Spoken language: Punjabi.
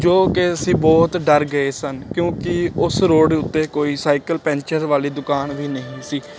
ਜੋ ਕਿ ਅਸੀਂ ਬਹੁਤ ਡਰ ਗਏ ਸਨ ਕਿਉਂਕਿ ਉਸ ਰੋਡ ਉੱਤੇ ਕੋਈ ਸਾਈਕਲ ਪੈਂਚਰ ਵਾਲੀ ਦੁਕਾਨ ਵੀ ਨਹੀਂ ਸੀ